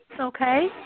okay